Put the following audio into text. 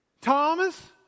Thomas